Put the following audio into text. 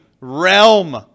realm